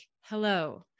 hello